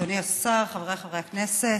אדוני השר, חבריי חברי הכנסת,